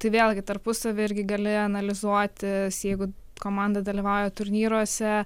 tai vėlgi tarpusavyje irgi gali analizuoti jeigu komanda dalyvauja turnyruose